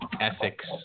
ethics